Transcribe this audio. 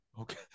Okay